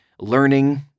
learning